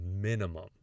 minimum